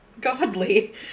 godly